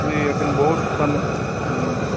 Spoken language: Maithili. नहि अखन बहुत सन हुं